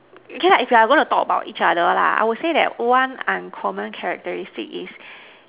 yeah it's like I want to talk about each other lah I will say that one uncommon characteristic is